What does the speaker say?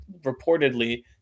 reportedly